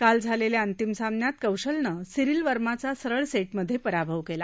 काल झालेल्या अंतिम सामन्यात कौशलनं सिरील वर्माचा सरळ सेटमध्ये पराभव केला